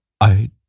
I